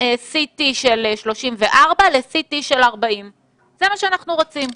CT של 34 ל-CT של 40. זה מה שאנחנו רוצים.